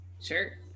Sure